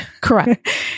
Correct